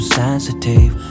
sensitive